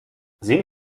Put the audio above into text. sehen